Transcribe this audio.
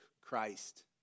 Christ